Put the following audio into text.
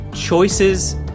choices